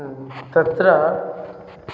तत्र